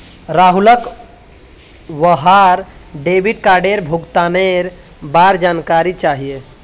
राहुलक वहार डेबिट कार्डेर भुगतानेर बार जानकारी चाहिए